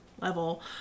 level